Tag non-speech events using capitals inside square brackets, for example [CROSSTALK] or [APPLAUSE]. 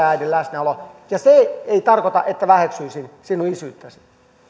[UNINTELLIGIBLE] äidin läsnäolo ja se ei tarkoita että väheksyisin sinun isyyttäsi